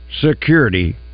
Security